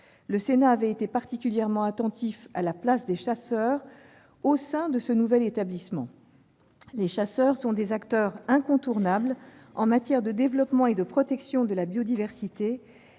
Le Sénat avait été particulièrement attentif à la place des chasseurs au sein de ce nouvel établissement. Les chasseurs sont des acteurs incontournables en matière de développement et de protection de la biodiversité.